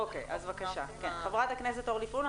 בבקשה ח"כ אורלי פרומן,